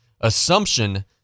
Assumption